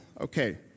Okay